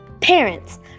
Parents